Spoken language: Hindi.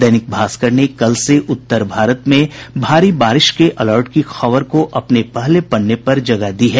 दैनिक भास्कर ने कल से उत्तर भारत में भारी बारिश के अलर्ट की खबर को अपने पहले पन्ने पर जगह दी है